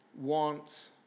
want